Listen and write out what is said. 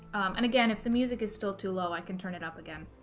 and again if the music is still too low i can turn it up again